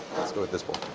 let's go with this bowl.